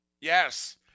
Yes